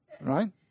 right